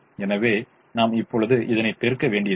எனவே நாம் இப்பொழுது இதனை பெருக்க வேண்டியதில்லை